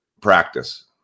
practice